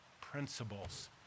principles